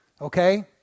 Okay